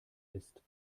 ist